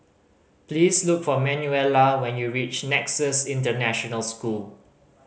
please look for Manuela when you reach Nexus International School